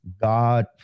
God